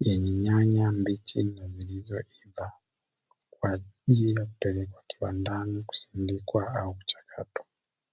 yenye nyanya mbichi na zilizoiva; kwa ajili ya kupelekwa viwandani kusindikwa au kuchakatwa.